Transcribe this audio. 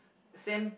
sem